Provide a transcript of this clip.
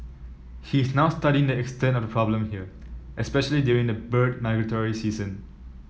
he is now studying the extent of the problem here especially during the bird migratory season